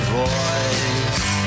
voice